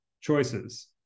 choices